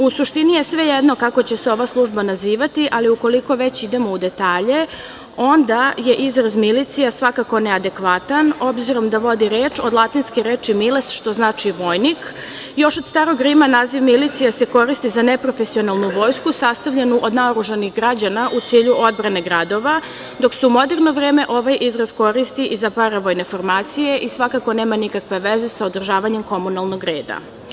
U suštini je svejedno kako će se ova služba nazivati, ali ukoliko već idemo u detalje, onda je izraz milicija svakako neadekvatan, obzirom da vodi reč od latinske reči miles, što znači – vojnik, još od starog Rima naziv milicije se koristi za neprofesionalnu vojsku, sastavljenu od naoružanih građana u cilju odbrane gradova, dok se u moderno vreme ovaj izraz koristi za paravojne formacije i svakako nema nikakve veze sa održavanjem komunalnog reda.